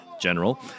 General